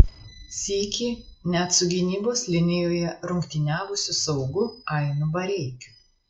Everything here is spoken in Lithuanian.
sykį net su gynybos linijoje rungtyniavusiu saugu ainu bareikiu